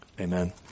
Amen